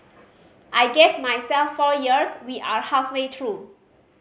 I gave myself four years we are halfway through